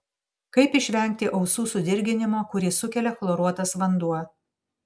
kaip išvengti ausų sudirgimo kurį sukelia chloruotas vanduo